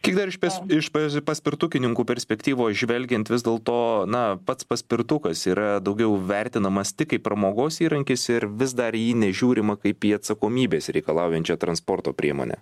kiek dar iš pas iš paspirtukininkų perspektyvos žvelgiant vis dėl to na pats paspirtukas yra daugiau vertinamas tik kaip pramogos įrankis ir vis dar jį nežiūrima kaip į atsakomybės reikalaujančią transporto priemonę